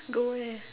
go where